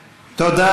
נתפסו.